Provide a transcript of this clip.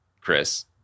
Chris